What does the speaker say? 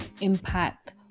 impact